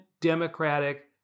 Democratic